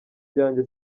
ryanjye